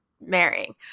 marrying